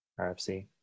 RFC